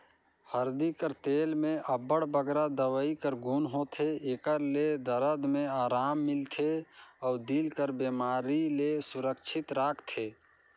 हरदी कर तेल में अब्बड़ बगरा दवई कर गुन होथे, एकर ले दरद में अराम मिलथे अउ दिल कर बेमारी ले सुरक्छित राखथे